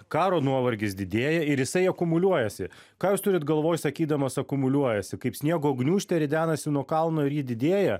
karo nuovargis didėja ir jisai akumuliuojasi ką jūs turit galvoj sakydamas akumuliuojasi kaip sniego gniūžtė ridenasi nuo kalno ir ji didėja